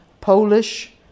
Polish